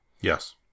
Yes